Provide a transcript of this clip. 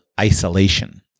isolation